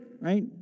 right